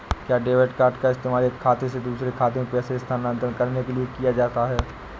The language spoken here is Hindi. क्या डेबिट कार्ड का इस्तेमाल एक खाते से दूसरे खाते में पैसे स्थानांतरण करने के लिए किया जा सकता है?